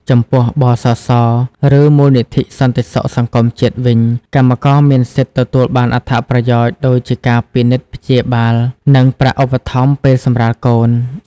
ចំពោះ ប.ស.ស. ឬ មូលនិធិសន្តិសុខសង្គមជាតិ វិញ កម្មករមានសិទ្ធិទទួលបានអត្ថប្រយោជន៍ដូចជាការពិនិត្យព្យាបាល និងប្រាក់ឧបត្ថម្ភពេលសម្រាលកូន។